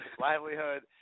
livelihood